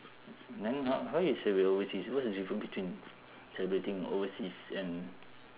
then how how you celebrate overseas what's the difference between celebrating overseas and